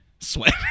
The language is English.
sweat